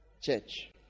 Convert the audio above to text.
church